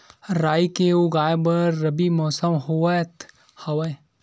राई के उगाए बर रबी मौसम होवत हवय?